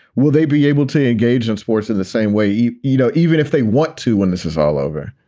will they be able to engage in sports in the same way you. you know even if they want to when this is all over,